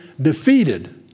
defeated